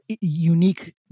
unique